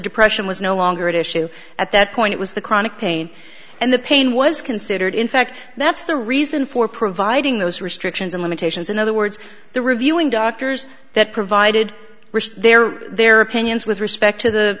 depression was no longer at issue at that point it was the chronic pain and the pain was considered in fact that's the reason for providing those restrictions and limitations in other words the reviewing doctors that provided risk their their opinions with respect to the